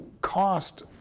cost